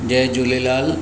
Jay Jhulelal